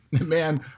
Man